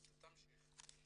תמשיך.